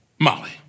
Molly